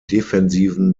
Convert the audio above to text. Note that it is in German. defensiven